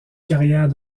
carrière